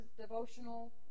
devotional